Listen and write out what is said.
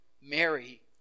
Mary